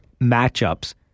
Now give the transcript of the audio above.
matchups